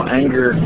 anger